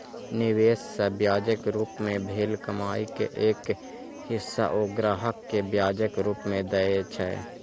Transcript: निवेश सं ब्याजक रूप मे भेल कमाइ के एक हिस्सा ओ ग्राहक कें ब्याजक रूप मे दए छै